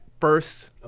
first